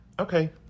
Okay